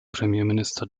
premierminister